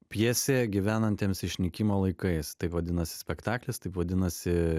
pjesė gyvenantiems išnykimo laikais taip vadinasi spektaklis taip vadinasi